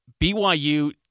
BYU